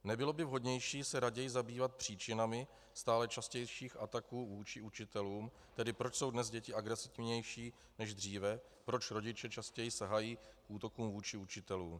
Nebylo by vhodnější se raději zabývat příčinami stále častějších ataků vůči učitelům, tedy proč jsou dnes děti agresivnější než dříve, proč rodiče častěji sahají k útokům vůči učitelům?